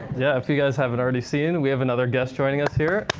yeah, if you guys haven't already seen, we have another guest joining us here.